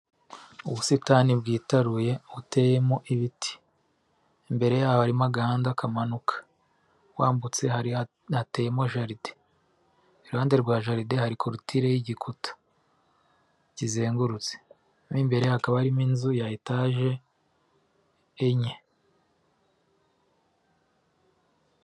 Ubusitani bwitaruye buteyemo ibiti, imbere yaho harimo agahanda kamanuka, wambutse hateyemo jaride, ruhande rwa jaride hari korotire y'igikuta kizengurutse mo imbere hakaba harimo inzu ya etaje enye.